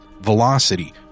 velocity